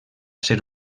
ser